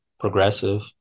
progressive